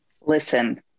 Listen